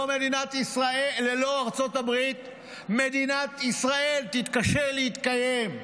ארצות הברית מדינת ישראל תתקשה להתקיים.